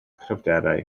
cryfderau